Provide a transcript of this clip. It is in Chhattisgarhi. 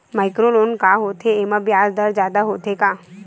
माइक्रो लोन का होथे येमा ब्याज दर जादा होथे का?